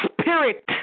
spirit